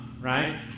right